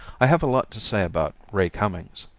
i have a lot to say about ray cummings.